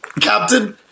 captain